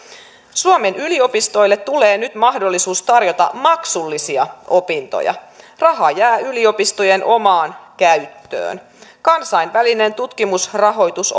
suomen yliopistoille tulee nyt mahdollisuus tarjota maksullisia opintoja raha jää yliopistojen omaan käyttöön kansainvälinen tutkimusrahoitus